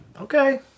Okay